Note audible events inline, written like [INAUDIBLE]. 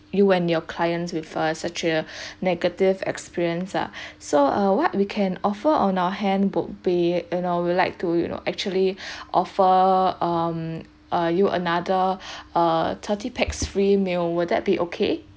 you with you and your clients with a such a negative experience ah [BREATH] so uh what we can offer on our hand would be you know we'll like to you know actually [BREATH] offer um uh you another [BREATH] err thirty pax free meal will that be okay